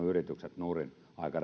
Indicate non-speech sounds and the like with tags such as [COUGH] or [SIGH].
[UNINTELLIGIBLE] yritykset nurin aika [UNINTELLIGIBLE]